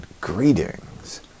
greetings